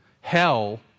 Hell